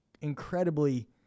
incredibly